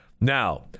now